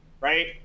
right